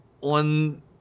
on